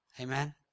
amen